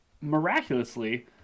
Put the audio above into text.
miraculously